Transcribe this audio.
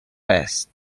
passed